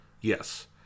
Yes